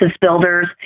builders